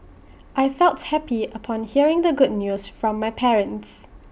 I felt happy upon hearing the good news from my parents